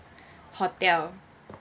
hotel